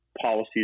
policies